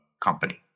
company